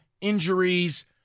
injuries